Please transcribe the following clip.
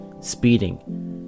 speeding